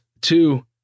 two